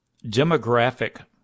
demographic